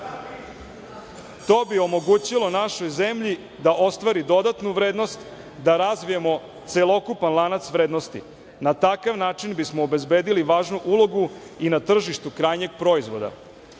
To bi omogućilo našoj zemlji da ostvari dodatnu vrednost, da razvijemo celokupan lanac vrednosti. Na takav način bismo obezbedili važnu ulogu i na tržištu krajnjeg proizvoda. Pored